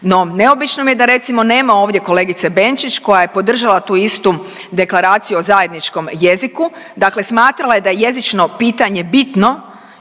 No, neobično mi je da recimo nema ovdje kolegice Benčić koja je podržala tu istu Deklaraciju o zajedničkom jeziku, dakle smatrala je da je jezično pitanje bitno